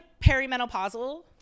perimenopausal